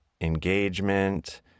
engagement